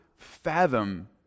fathom